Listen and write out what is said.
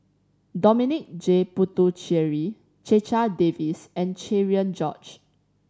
Dominic J Puthucheary Checha Davies and Cherian George